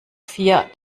vier